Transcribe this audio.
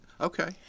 Okay